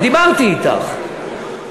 ודיברתי אתך,